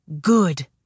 Good